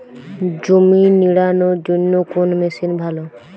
জমি নিড়ানোর জন্য কোন মেশিন ভালো?